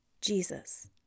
Jesus